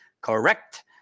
Correct